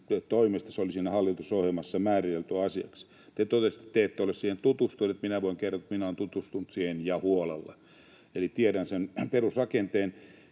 Se oli siinä hallitusohjelmassa määritelty asiaksi. Te totesitte, että te ette ole siihen tutustunut. Minä voin kertoa, että olen tutustunut siihen ja huolella, eli tiedän sen perusrakenteen.